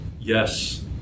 yes